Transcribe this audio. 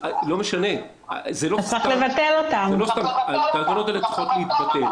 אבל אין שום סיבה להעביר את החוק הזה למליאת הכנסת ולקדם אותו בחקיקה,